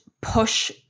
push